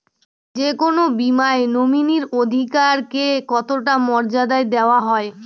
যে কোনো বীমায় নমিনীর অধিকার কে কতটা মর্যাদা দেওয়া হয়?